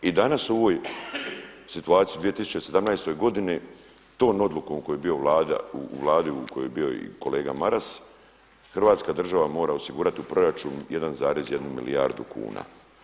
I danas u ovoj situaciji u 2017. godini tom odlukom vlade u kojoj je bio i kolega Maras, Hrvatska država mora osigurati u proračunu 1,1 milijardu kuna.